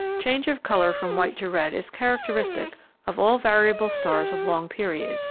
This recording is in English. change of color from white to red is characteristic of all variable stars of long period,